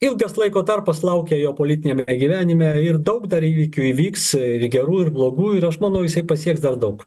ilgas laiko tarpas laukia jo politiniame gyvenime ir daug dar įvykių įvyks ir gerų ir blogų ir aš manau jisai pasieks dar daug